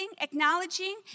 acknowledging